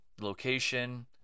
location